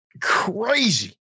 crazy